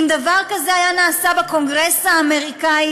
אם דבר כזה היה נעשה בקונגרס האמריקני,